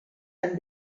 ein